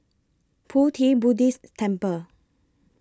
Pu Ti Buddhist Temple